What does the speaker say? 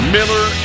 Miller